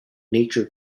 nature